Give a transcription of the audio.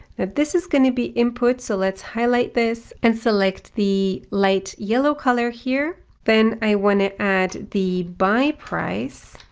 this is going to be input so let's highlight this and select the light yellow color here. then i want to add the buy price.